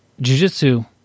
jujitsu